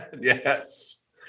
Yes